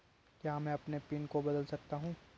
क्या मैं अपने पिन को बदल सकता हूँ?